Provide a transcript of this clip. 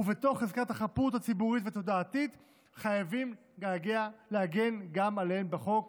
ובתוך חזקת חפות הציבורית והתודעתית חייבים להגן עליהם גם בחוק.